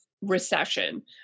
recession